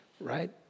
right